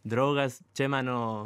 draugas čia mano